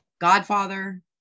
godfather